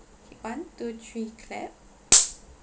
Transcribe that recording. okay one two three clap